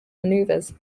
maneuvers